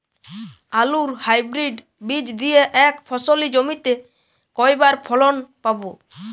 আলুর হাইব্রিড বীজ দিয়ে এক ফসলী জমিতে কয়বার ফলন পাব?